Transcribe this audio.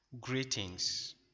greetings